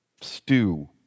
stew